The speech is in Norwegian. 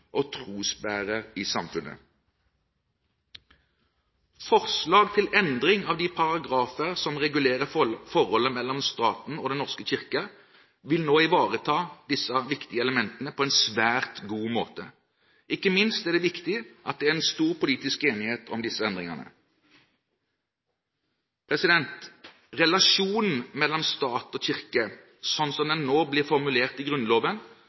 og trosbærer. Forslag til endring av de paragrafer som regulerer forholdet mellom staten og Den norske kirke, vil ivareta disse viktige elementene på en svært god måte. Ikke minst er det viktig at det er stor politisk enighet om disse endringene. Relasjonen mellom stat og kirke slik den nå blir formulert i Grunnloven,